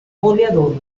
goleador